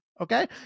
okay